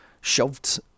shoved